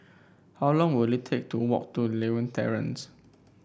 how long will it take to walk to Lewin Terrace